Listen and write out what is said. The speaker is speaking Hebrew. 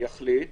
יחליט